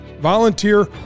Volunteer